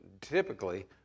typically